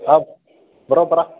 ആ ബ്രോ പറ